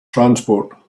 transport